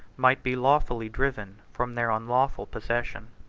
might be lawfully driven from their unlawful possession.